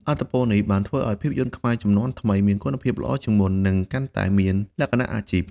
ឥទ្ធិពលនេះបានធ្វើឲ្យភាពយន្តខ្មែរជំនាន់ថ្មីមានគុណភាពល្អជាងមុន និងកាន់តែមានលក្ខណៈអាជីព។